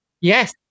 Yes